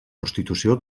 prostitució